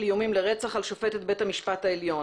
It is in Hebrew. איומים לרצח על שופטת בית המשפט העליון.